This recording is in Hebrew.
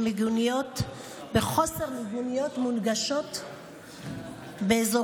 את חוסר המיגוניות המונגשות באזורה.